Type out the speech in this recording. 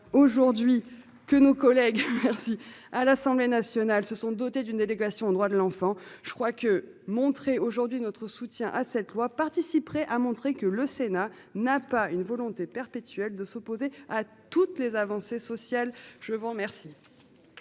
aujourd'hui que nos collègues. Merci à l'Assemblée nationale se sont dotés d'une délégation aux droits de l'enfant. Je crois que montrer aujourd'hui notre soutien à cette loi participerait à montrer que le Sénat n'a pas une volonté perpétuel de s'opposer à toutes les avancées sociales. Je vous remercie.